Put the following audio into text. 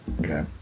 okay